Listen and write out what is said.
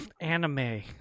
anime